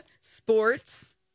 sports